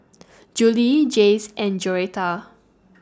Juli Jayce and Joretta